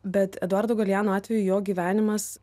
bet eduardo galeano atveju jo gyvenimas